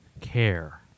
care